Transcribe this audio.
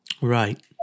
Right